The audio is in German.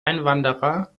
einwanderer